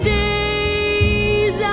days